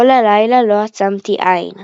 כל הלילה לא עצמתי עין.